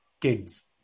kids